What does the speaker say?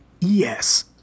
Yes